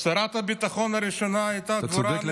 שרת הביטחון הראשונה הייתה דבורה הנביאה.